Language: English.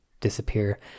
disappear